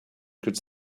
could